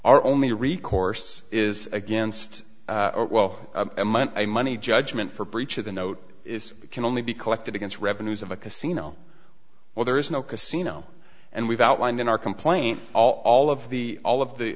our only recourse is against well a money judgment for breach of the note is can only be collected against revenues of a casino where there is no casino and we've outlined in our complaint all of the all of the